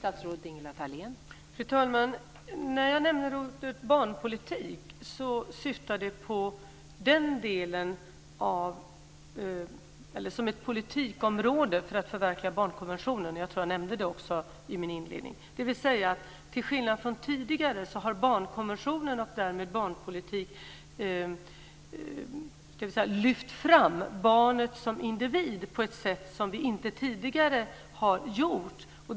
Fru talman! Med barnpolitik syftade jag i min inledning på ett politikområde för att förverkliga barnkonventionen. Till skillnad från tidigare har barnkonventionen och därmed barnpolitiken lyft fram barnet som individ på ett sätt som vi inte förut har gjort.